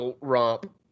romp